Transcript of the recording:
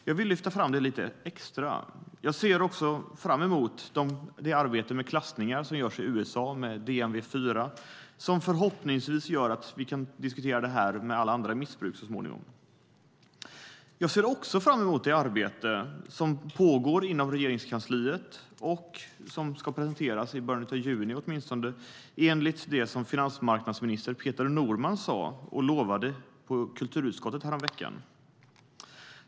Jag vill lyfta fram det lite extra. Jag ser också fram emot det arbete med klassningar som görs i USA med DMV-IV, som förhoppningsvis gör att vi så småningom kan diskutera detta tillsammans med alla andra missbruk. Jag ser också fram emot det arbete som pågår inom Regeringskansliet och ska presenteras i början av juni, enligt vad finansmarknadsminister Peter Norman lovade på kulturutskottet häromveckan.